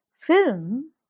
film